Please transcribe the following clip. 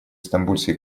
стамбульской